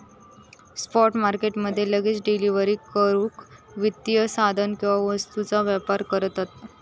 spot market मध्ये लगेच delivery करूक वित्तीय साधन किंवा वस्तूंचा व्यापार करतत